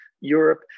Europe